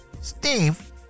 Steve